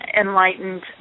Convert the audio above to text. enlightened